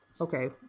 Okay